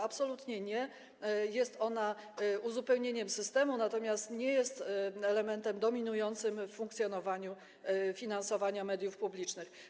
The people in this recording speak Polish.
Absolutnie nie, jest ona uzupełnieniem systemu, natomiast nie jest elementem dominującym w funkcjonowaniu finansowania mediów publicznych.